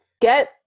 get